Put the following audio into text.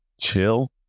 Chill